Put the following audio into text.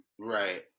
Right